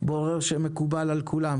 בורר שמקובל על כולם,